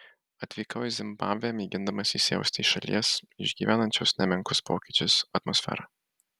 atvykau į zimbabvę mėgindamas įsijausti į šalies išgyvenančios nemenkus pokyčius atmosferą